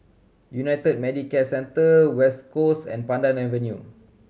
United Medicare Centre West Coast and Pandan Avenue